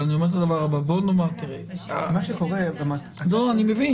אבל אני אומר את הדבר הבא --- מה שקורה --- אני מבין.